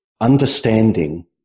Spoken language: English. understanding